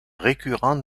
récurrents